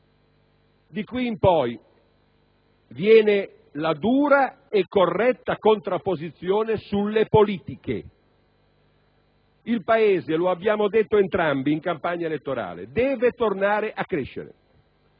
Di qui in poi viene la dura e corretta contrapposizione sulle politiche. Il Paese - lo abbiamo detto entrambi in campagna elettorale - deve tornare a crescere,